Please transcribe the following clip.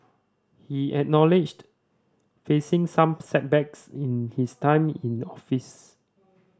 he acknowledged facing some setbacks in his time in office